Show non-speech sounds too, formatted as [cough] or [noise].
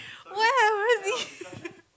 where [laughs]